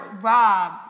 rob